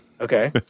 Okay